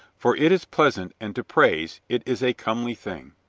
for it is pleasant and to praise it is a comely thing.